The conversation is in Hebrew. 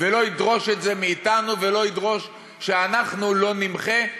ולא ידרוש את זה מאתנו ולא ידרוש שאנחנו לא נמחה,